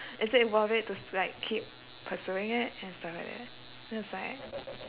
is it worth it to like keep pursuing it and stuff like that so it's like